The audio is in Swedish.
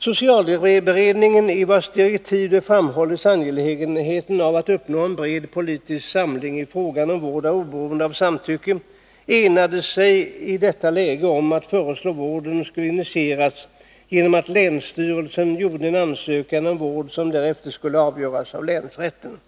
Socialberedningen, i vars direktiv framhållits angelägenheten av att uppnå en bred politisk samling i frågan om vård oberoende av samtycke, enade sig i detta läge om att föreslå att vården skulle initieras genom att länsstyrelsen gjorde ansökan om vård, varefter målet skulle avgöras av länsrätten.